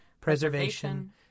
preservation